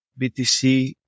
BTC